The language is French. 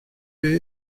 paix